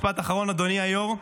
משפט אחרון, אדוני היו"ר.